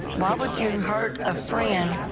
robert do heart of fran.